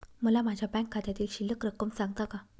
मला माझ्या बँक खात्यातील शिल्लक रक्कम सांगता का?